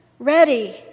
ready